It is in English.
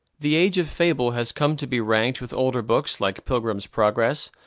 the age of fable has come to be ranked with older books like pilgrim's progress,